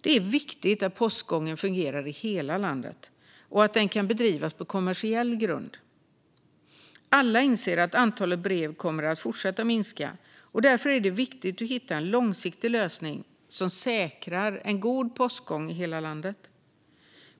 Det är viktigt att postgången fungerar i hela landet och att den kan bedrivas på kommersiell grund. Alla inser att antalet brev kommer att fortsätta minska. Därför är det viktigt att hitta en långsiktig lösning som säkrar en god postgång i hela landet.